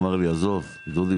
ואמר לי עזוב דודי,